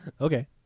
Okay